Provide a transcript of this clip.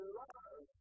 love